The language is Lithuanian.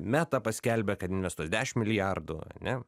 meta paskelbė kad investuos dešim milijardų ane